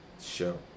show